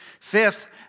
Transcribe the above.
Fifth